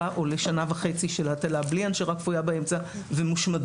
או לשנה וחצי של הטלה בלי הנשרה כפויה באמצע ומושמדות.